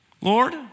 Lord